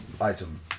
Item